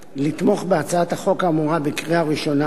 לתמוך בהצעת החוק האמורה בקריאה ראשונה,